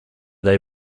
they